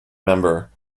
member